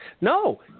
no